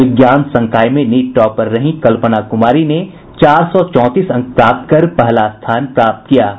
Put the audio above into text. विज्ञान संकाय में नीट टॉपर रही कल्पना कुमारी ने चार सौ चौंतीस अंक प्राप्त कर पहला स्थान प्राप्त किया है